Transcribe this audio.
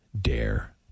Dare